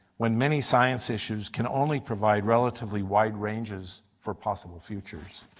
when many science issues can only provide relatively wide ranges for possible futures?